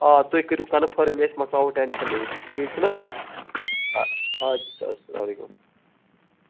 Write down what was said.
آ تُہۍ کٔرِو کَنفٲرٕم أسۍ مۄکلاوَو ٹٮ۪نشَن ٹھیٖک چھُنہٕ حظ آدٕ اَدٕ سا سلام علیکُم